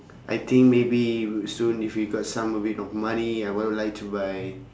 I think maybe soon if we got some a bit of money I will like to buy